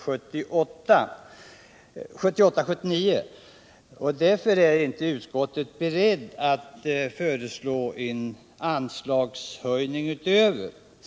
Därför är utskottet inte heller berett att föreslå en anslagshöjning därutöver.